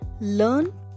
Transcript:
learn